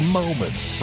moments